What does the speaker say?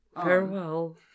Farewell